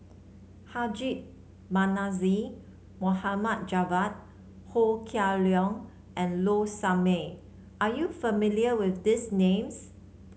Haji Namazie Mohd Javad Ho Kah Leong and Low Sanmay are you familiar with these names